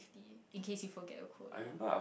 in case you forget your quote lah